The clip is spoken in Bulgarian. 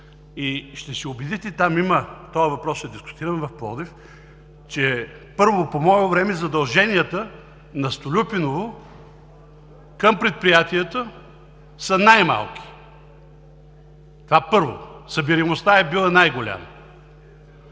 и ще се убедите, този въпрос е дискутиран в Пловдив, че, първо, по мое време задълженията на „Столипиново“ към предприятието са най-малки. Това, първо. Събираемостта е била най-голяма.